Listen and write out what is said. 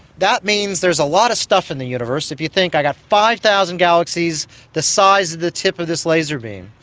that means there's a lot of stuff in the universe, if you think i've got five thousand galaxies the size of the tip of this laser beam.